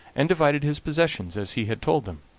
and divided his possessions as he had told them.